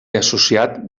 associat